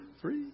three